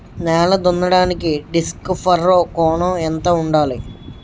నేల దున్నడానికి disc furrow కోణం ఎంత ఉండాలి?